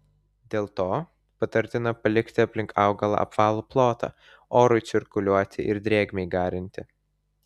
dėl to patartina palikti aplink augalą apvalų plotą orui cirkuliuoti ir drėgmei garinti